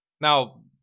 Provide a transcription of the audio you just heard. Now